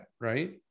Right